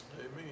Amen